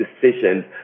decisions